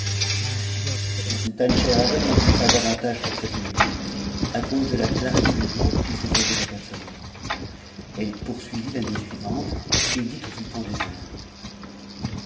la sultane scheherazade n'en dit pas davantage pour cette nuit à cluse de la clarté du jour qui se faisait apercevoir elle poursuivit la uit suivante et dit au sultan des tndcs